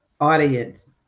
Audience